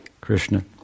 Krishna